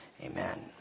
Amen